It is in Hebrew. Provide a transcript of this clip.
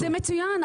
זה מצוין,